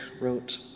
wrote